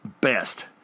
best